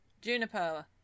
Juniper